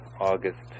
August